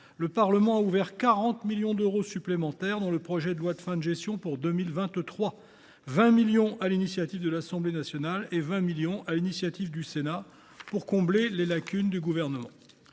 le Parlement a ouvert 40 millions d’euros supplémentaires dans la loi de finances de fin de gestion pour 2023 – 20 millions sur l’initiative de l’Assemblée nationale et 20 millions sur celle du Sénat – pour combler les lacunes du Gouvernement.